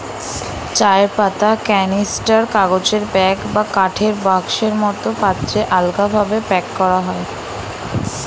চায়ের পাতা ক্যানিস্টার, কাগজের ব্যাগ বা কাঠের বাক্সের মতো পাত্রে আলগাভাবে প্যাক করা হয়